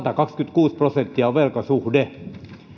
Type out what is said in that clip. satakaksikymmentäkuusi prosenttia on velkasuhde